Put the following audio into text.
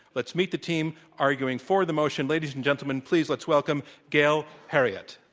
let's meet the team arguing for the motion. ladies and gentlemen, please let's welcome gail heriot.